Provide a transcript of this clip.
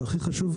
והכי חשוב,